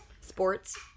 sports